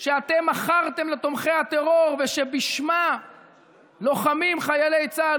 שאתם מכרתם לתומכי הטרור ושבשמה לוחמים חיילי צה"ל